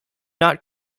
not